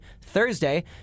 Thursday